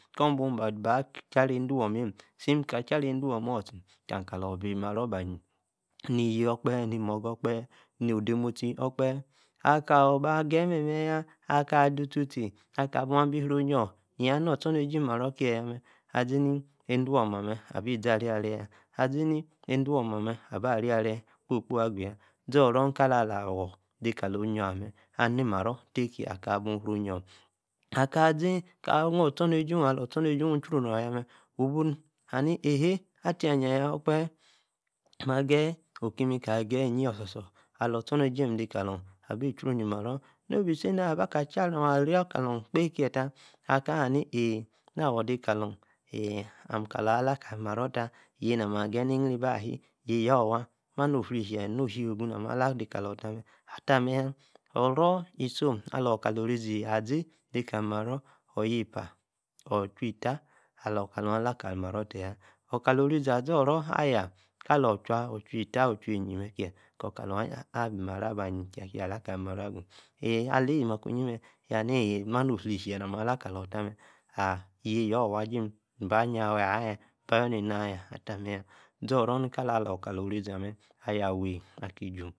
Kor, mbu, ba-baah, chariey, edewar-maah, simm, kah chariey, edewor, mmem, tie, kam, kalor, bi-maro-ba-hiey, mi-yie-okpehe, ni-moigah, okpehe, no-de, motié okpehe, axor, ba geyi, meme-yah, aka, du-utie-tié aka-bu-abi-cyri-omor, yah, nor ostornejie, imaro kie-yah, mme, azi-ni, edewor-maah, amem, abi, zeney-aria-yarey, yah, azini-edewo-maah amem, aba arig-arey, kpo-kpo, agu. yah zoro, nka-la-awor, de-ka-lo omoor, ameh, am maro tey, tie, aka, bu abi cyri-onior, aka-zi, aka-nor ostornejie, oh, alor-ostornejie, ichuu-no yah nme, ni, ehay, tiah-aniah, yah okpehe, mah gayi oh kim ka, geyi inyi, osor-sor, alor, ostornejie-mme de kalon-. abi chru ni-maro, no-bi say, na-aba-kah atia-ri-maro, kpe, tie-tah, aka, haa, ni, eeh, na- awor de kalon, ala-kali-maro tah, yieyi namme, ageyi ni-yri-booh, ah eeh, yeeh, yor-waa no-ofli-e-hie, of lay egu, nam, alah de kalor tah mme, atah mme yah, oro, isom, alor, kaloo, orizi, azi de kali, maro, oyah-ea, ocha, etta, alor kalor alah, ka-li maroh, tah-yaa, okah orizi azoro, ayah kalor, or-chua etta, or-chua,-eyie mme kie, kor, kalor aya, abi, maro, aba-yieh, kie, akia alah, kali-maro agu, eeh, alayi maa, quen-iyi-mme, ayah, ni- eeh-mma no- ofli-e-hie, nam-ma, alah kalor, tah mme, ahh yieh, yor waa jim mba, noior ayah, mba, ayor, ne-nah ayah, ata, mme, yah, zorro-ni-kator la-lor ka-lo, orize amme, ayah-wey ahi ju-mme